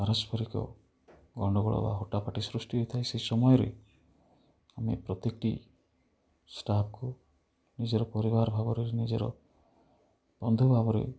ପାରସ୍ପରିକ ଗଣ୍ଡଗୋଳ ବା ହଟାହଟି ସୃଷ୍ଟି ହୋଇଥାଏ ସେଇ ସମୟରେ ଆମେ ପ୍ରତ୍ୟେକଟି ଷ୍ଟାଫ୍କୁ ନିଜର ପରିବାର ଭାବରେ ନିଜର ବନ୍ଧୁ ଭାବରେ